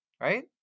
right